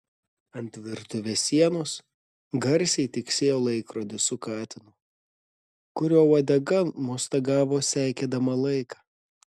ant virtuvės sienos garsiai tiksėjo laikrodis su katinu kurio uodega mostagavo seikėdama laiką